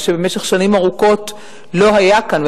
מה שבמשך שנים ארוכות לא היה כאן,